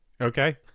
okay